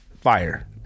fire